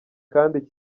kandi